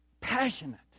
passionate